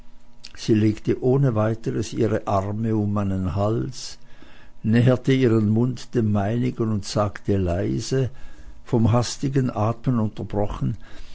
sie legte ohne weiteres ihre arme um meinen hals näherte ihren mund dem meinigen und sagte leise vom hastigen atmen unterbrochen